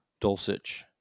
Dulcich